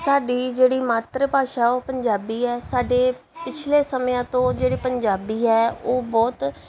ਸਾਡੀ ਜਿਹੜੀ ਮਾਤਰ ਭਾਸ਼ਾ ਉਹ ਪੰਜਾਬੀ ਹੈ ਸਾਡੇ ਪਿਛਲੇ ਸਮਿਆਂ ਤੋਂ ਜਿਹੜੇ ਪੰਜਾਬੀ ਹੈ ਉਹ ਬਹੁਤ